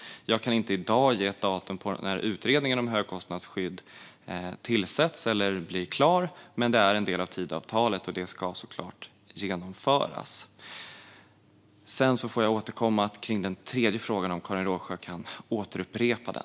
Jag kan inte i dag ge ett datum för när utredningen om högkostnadsskydd tillsätts eller blir klar, men detta är en del av Tidöavtalet och ska såklart genomföras. Jag får återkomma till den tredje frågan, om Karin Rågsjö kan upprepa den.